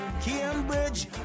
Cambridge